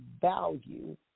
value